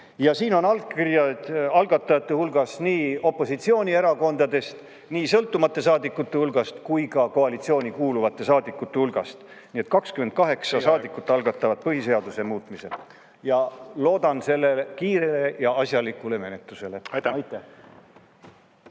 allkirjad. Algatajate hulgas on [inimesi] nii opositsioonierakondadest, sõltumatute saadikute hulgast kui ka koalitsiooni kuuluvate saadikute hulgast. Nii et 28 saadikut algatavad põhiseaduse muutmise ja loodan selle kiirele ja asjalikule menetlusele. Aitäh!